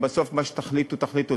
ובסוף מה שתחליטו תחליטו,